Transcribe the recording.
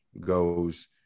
goes